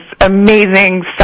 amazing